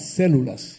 células